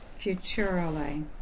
futurally